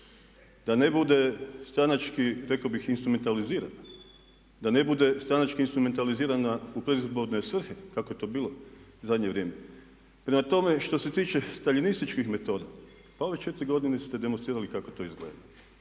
Da ne bude stranački rekao bih instrumentalizirana, da ne bude stranački instrumentalizirana u predizborne svrhe kako je to bilo zadnje vrijeme. Prema tome, što se tiče staljinističkih metoda pa ove 4 godine ste demonstrirali kako to izgleda.